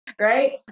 right